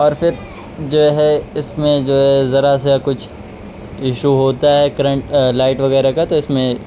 اور پھر جو ہے اس میں جو ہے ذرا سا کچھ ایشو ہوتا ہے کرنٹ لائٹ وغیرہ کا تو اس میں